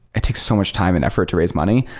it takes so much time and effort to raise money.